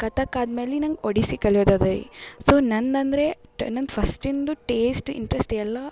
ಕಥಕ್ ಆದ್ಮೇಲೆ ನಂಗೆ ಒಡಿಸ್ಸಿ ಕಲಿಯೋದದೇ ಸೊ ನಂದಂದ್ರೆ ನಂದು ಫಸ್ಟಿಂದು ಟೇಸ್ಟ್ ಇಂಟ್ರೆಸ್ಟ್ ಎಲ್ಲ